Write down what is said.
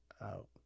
out